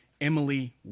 Emily